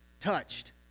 touched